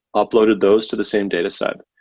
uploaded those to the same dataset,